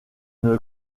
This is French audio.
une